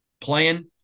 playing